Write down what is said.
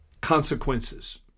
consequences